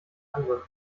andere